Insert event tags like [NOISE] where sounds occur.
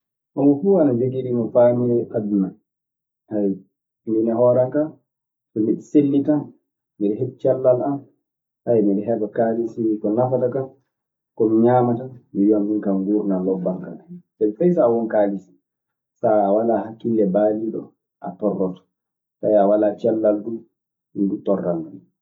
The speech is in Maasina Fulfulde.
Homo fuu ana jogiiri no faamiri aduna. [HESITATION] Miin e hoore an kaa so miɗe selli tan, miɗe heɓi cellal an, [HESITATION] miɗe heɓa kaalisi ko nafata kan ko mi ñaamata. Mi wiyan min kaa nguurndan lobban kaa anni. Sabi fey so a won kaalisi, so a walaa hakkille baaliiɗo, a torloto. Tawii a walaa cellal du, ɗun duu torlan kan non.